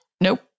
Nope